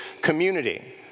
community